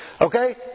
Okay